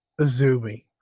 Azumi